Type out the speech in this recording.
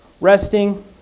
resting